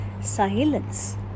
silence